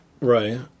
Right